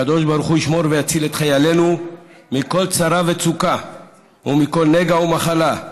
הקדוש-ברוך-הוא ישמור ויציל את חיילינו מכל צרה וצוקה ומכל נגע ומחלה,